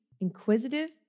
inquisitive